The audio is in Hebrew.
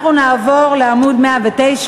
אנחנו נעבור לעמוד 109,